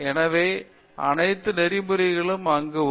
எனவே அனைத்து நெறிமுறைகளும் அங்கு வரும்